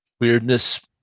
weirdness